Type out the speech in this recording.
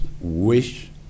wish